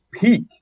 peak